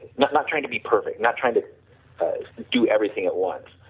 not not trying to be perfect, not trying to do everything at once,